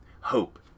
hope